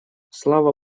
слава